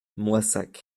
moissac